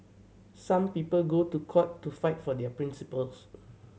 some people go to court to fight for their principles